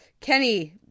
kenny